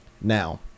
Now